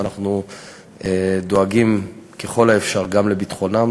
ואנחנו דואגים ככל האפשר גם לביטחונם